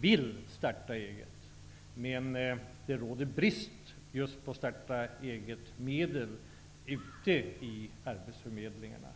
vill starta eget men att det råder brist på starta-eget-medel ute på arbetsförmedlingarna.